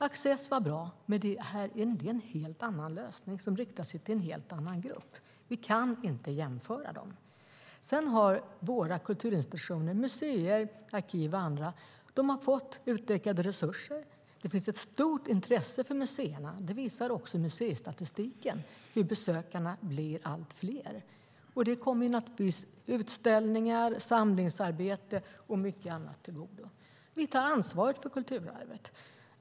Access var bra, men det är en helt annan lösning som riktar sig till en helt annan grupp. Vi kan inte jämföra dem. Sedan har våra kulturinstitutioner - museer, arkiv och andra - fått utökade resurser. Det finns ett stort intresse för museerna. Museistatistiken visar också hur besökarna blir allt fler, och det kommer naturligtvis utställningar, samlingsarbeten och mycket annat till godo. Vi tar ansvaret för kulturarvet.